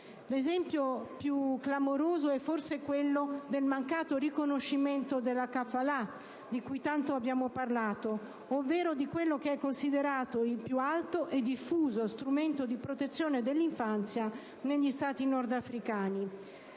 L'esempio più clamoroso è forse quello del mancato riconoscimento della *kafala*, di cui tanto abbiamo parlato, ovvero di quello che è considerato il più alto e diffuso strumento di protezione dell'infanzia negli Stati nordafricani.